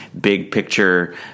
big-picture